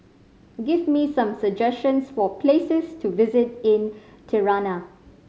give me some suggestions for places to visit in Tirana